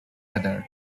other